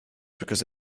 because